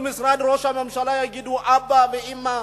משרד ראש הממשלה ויגידו: אבא ואמא.